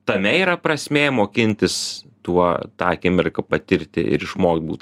tame yra prasmė mokintis tuo tą akimirką patirti ir išmokt būt